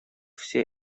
все